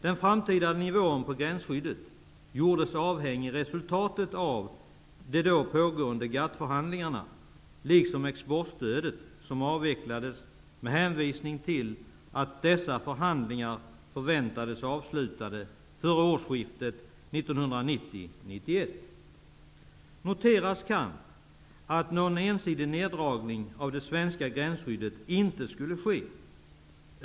Den framtida nivån på gränsskyddet gjordes avhängigt resultatet av de då pågående GATT-förhandlingarna, liksom exportstödet som avvecklades med hänvisning till att dessa förhandlingar förväntades vara avslutade före årsskiftet 1990/91. Noteras kan att någon ensidig neddragning av det svenska gränsskyddet inte skulle ske.